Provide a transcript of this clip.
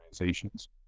organizations